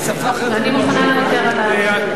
אני מוכנה לוותר על הדיון.